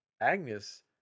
Agnes